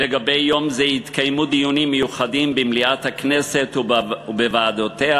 ביום זה יתקיימו דיונים מיוחדים במליאת הכנסת ובוועדותיה,